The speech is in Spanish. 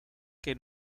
que